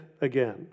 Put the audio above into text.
again